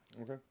Okay